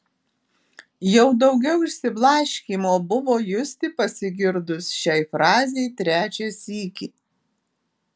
jau daugiau išsiblaškymo buvo justi pasigirdus šiai frazei trečią sykį